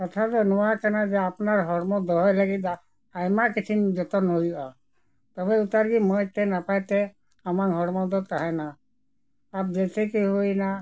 ᱠᱟᱛᱷᱟ ᱫᱚ ᱱᱚᱣᱟ ᱠᱟᱱᱟ ᱡᱮ ᱟᱯᱱᱟᱨ ᱦᱚᱲᱢᱚ ᱫᱚᱦᱚᱭ ᱞᱟᱹᱜᱤᱫ ᱫᱚ ᱟᱭᱢᱟ ᱠᱤᱪᱷᱩ ᱡᱚᱛᱚᱱ ᱦᱩᱭᱩᱜᱼᱟ ᱛᱚᱵᱮ ᱩᱛᱟᱹᱨ ᱜᱮ ᱢᱚᱡᱽ ᱛᱮ ᱱᱟᱯᱟᱭ ᱛᱮ ᱟᱢᱟᱝ ᱦᱚᱲᱢᱚ ᱫᱚ ᱛᱟᱦᱮᱱᱟ ᱟᱨ ᱡᱮᱭᱥᱮ ᱠᱤ ᱦᱩᱭ ᱮᱱᱟ